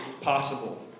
possible